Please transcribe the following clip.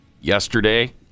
Yesterday